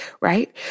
right